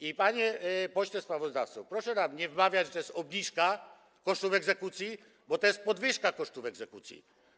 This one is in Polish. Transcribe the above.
I, panie pośle sprawozdawco, proszę nam nie wmawiać, że to jest obniżka kosztów egzekucji, bo to jest podwyżka kosztów egzekucji.